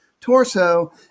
Torso